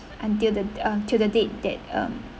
until the until the date that um